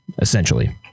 essentially